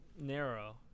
narrow